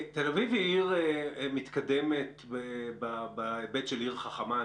תל אביב היא עיר מתקדמת בהיבט של עיר חכמה.